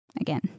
again